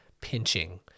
pinching